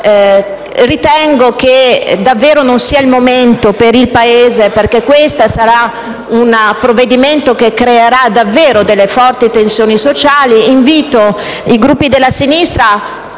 ritengo che davvero non sia il momento per il Paese, perché questo provvedimento creerà certamente forti tensioni sociali. Invito i Gruppi della sinistra